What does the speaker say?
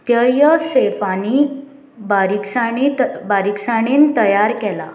तय चेफांनी बारीकसाणी बारीकसाणेन तयार केला